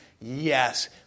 Yes